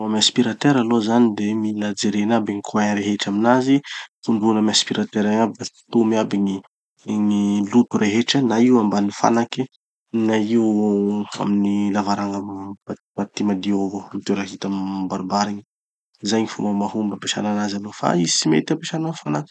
No amy aspirateur aloha zany de mila jerena aby gny coins rehetra aminazy. Tondrona amy aspirateur igny aby da sotomy aby gny gny loto rehetra, na io ambany fanaky na io amin'ny lavaranga amy parties madio avao, amy toera hita mibaribary igny. Zay gny fomba mahomby ampesana anazy aloha fa izy tsy mety ampesana amy fanaky.